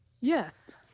Yes